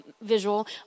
visual